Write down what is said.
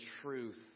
truth